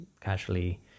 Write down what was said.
casually